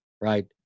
right